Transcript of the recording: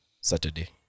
Saturday